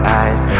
eyes